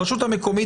הרשות המקומית,